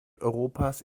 europas